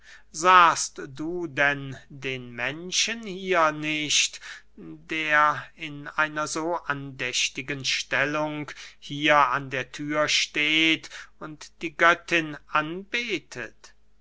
sahst du denn den menschen hier nicht der in einer so andächtigen stellung hier an der thür steht und die göttin anbetet